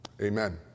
Amen